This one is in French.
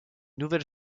nouvelle